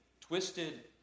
twisted